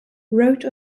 wrote